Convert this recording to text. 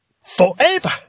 forever